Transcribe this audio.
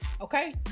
Okay